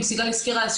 אם סיגל הזכירה,